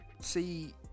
see